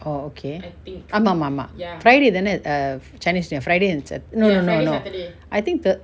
oh okay ஆமா ஆமா ஆமா:aama aama aama friday தான:thana err chinese new year friday and sat~ no no I think thurs~